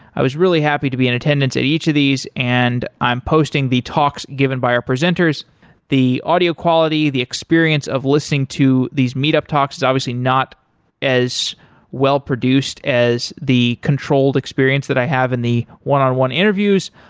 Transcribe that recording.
i was really happy to be in attendance at each of these and i'm posting the talks given by our presenters the audio quality, the experience of listening to these meetup talks is obviously not as well produced as the controlled experience that i have in the one-on-one interviews,